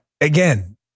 again